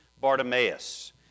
Bartimaeus